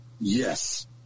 Yes